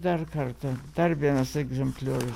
dar kartą dar vienas egzempliorius